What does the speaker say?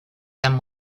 them